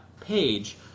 page